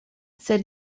sed